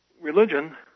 religion